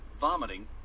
vomiting